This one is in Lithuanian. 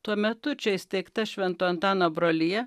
tuo metu čia įsteigta švento antano brolija